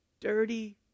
dirty